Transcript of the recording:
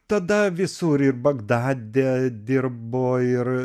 tada visur ir bagdade dirbo ir